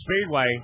Speedway